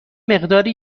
مقداری